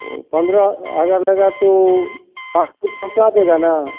वह पंद्रह हज़ार लगा तो पहुँचा देगा ना